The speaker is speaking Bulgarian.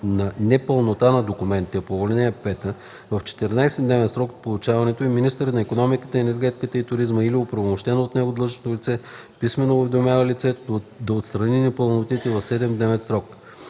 на непълнота на документите по ал. 5, в 14-дневен срок от получаването им министърът на икономиката, енергетиката и туризма или оправомощено от него длъжностно лице писмено уведомява лицето да отстрани непълнотите в 7-дневен срок.